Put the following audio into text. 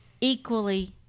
equally